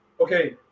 okay